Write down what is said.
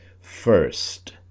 first